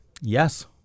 Yes